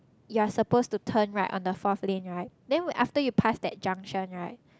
you are supposed to turn right on the fourth lane right then after you pass that junction right